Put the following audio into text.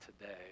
today